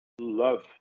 love